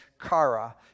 kara